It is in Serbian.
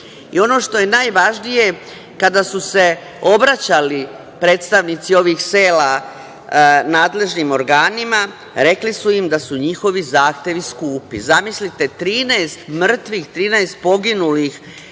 Ono što je najvažnije, kada su se obraćali predstavnici ovih sela nadležnim organima, rekli su im da su njihovi zahtevi skupi. Zamislite, 13 mrtvih, 13 poginulih